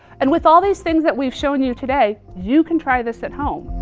and with all these things that we've shown you today, you can try this at home.